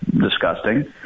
disgusting